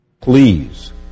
Please